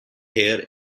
hair